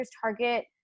target